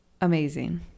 Amazing